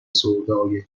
سودای